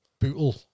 Bootle